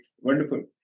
Wonderful